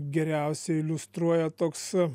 geriausiai iliustruoja toks